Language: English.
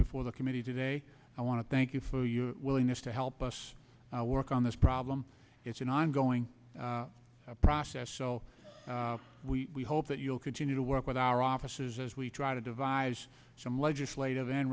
before the committee today i want to thank you for your willingness to help us work on this problem it's an ongoing process so we hope that you'll continue to work with our offices as we try to devise some legislat